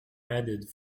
added